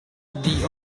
die